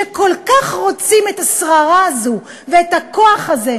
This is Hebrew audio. שכל כך רוצים את השררה הזאת ואת הכוח הזה,